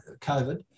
COVID